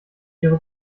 ihre